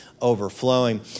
overflowing